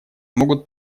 могут